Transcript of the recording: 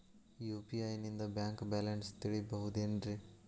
UPI ನಿಂದ bank balance ತಿಳಿಬಹುದೇನ್ರಿ?